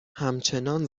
همچنان